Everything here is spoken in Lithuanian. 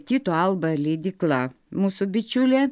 tyto alba leidykla mūsų bičiulė